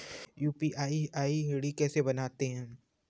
UPI ID कैसे बनाते हैं?